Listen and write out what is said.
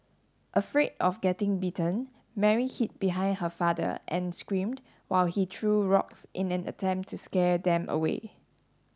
afraid of getting bitten Mary hid behind her father and screamed while he threw rocks in an attempt to scare them away